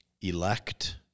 elect